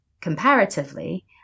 comparatively